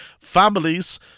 families